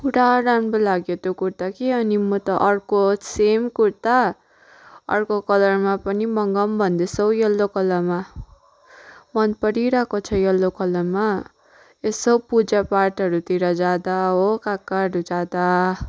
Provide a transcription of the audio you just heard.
पुरा राम्रो लाग्यो त्यो कुर्ता कि अनि म त अर्को सेम कुर्ता अर्को कलरमा पनि मगाउ भन्दैछु हौ यल्लो कलरमा मन परिरहेको छ यल्लो कलरमा यसो पूजापाठहरूतिर जाँदा हो कहाँ कहाँहरू जाँदा